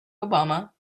obama